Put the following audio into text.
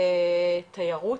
תיירות,